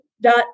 dot